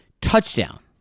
touchdown